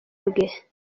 bwe